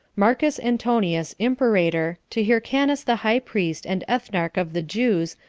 marcus antonius, imperator, to hyrcanus the high priest and ethnarch of the jews,